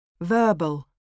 Verbal